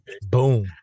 Boom